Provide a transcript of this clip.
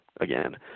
again